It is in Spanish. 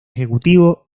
ejecutivo